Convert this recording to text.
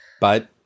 But-